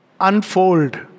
unfold